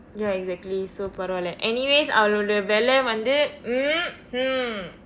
ya exactly so பரவாயில்லை:paravaayillai anyways அவளோட விலை வந்து:avalooda vilai vandthu